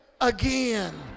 again